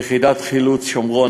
יחידת חילוץ שומרון,